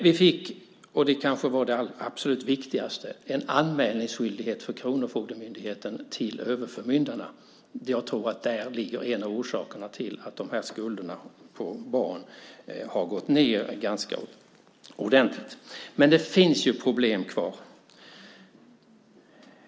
Vi fick - och det var kanske det absolut viktigaste - en anmälningsskyldighet för kronofogdemyndigheten till överförmyndarna. Jag tror att det är en av orsakerna till att skulderna på barn har gått ned ganska ordentligt. Men det finns problem kvar.